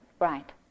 Right